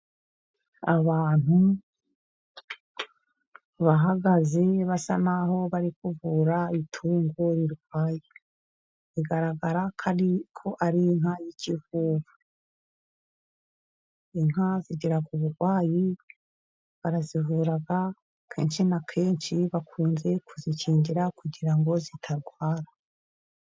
Abantu bahagaze basa n'aho bari kuvura itungo rirwaye. Bigaragara ko ari ari inka y'ikivuvu. Inka zigira ubugwayi barazivura, kenshi na kenshi bakunze kuzikingira, kugira ngo zitarwara.